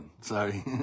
Sorry